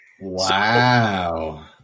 Wow